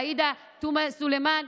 עאידה תומא סלימאן,